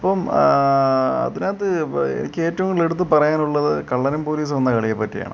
അപ്പം അതിനകത്ത് എനിക്കേറ്റോം എടുത്തു പറയാനുള്ളത് കള്ളനും പോലീസും എന്ന കളിയെപ്പറ്റിയാണ്